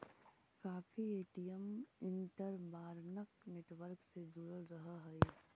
काफी ATM interbank network से जुड़ल रहऽ हई